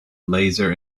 laser